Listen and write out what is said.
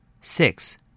six